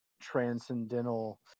transcendental